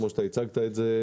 כמו שהצגת את זה,